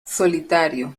solitario